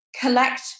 collect